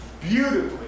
beautifully